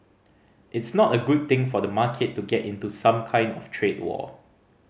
it's not a good thing for the market to get into some kind of trade war